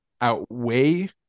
outweigh